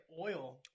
oil